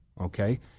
Okay